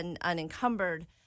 unencumbered